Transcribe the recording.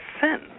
sin